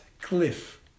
cliff